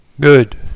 Good